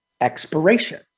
expiration